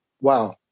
wow